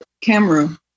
camera